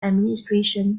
administration